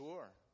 Sure